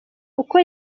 uko